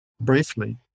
briefly